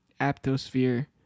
Aptosphere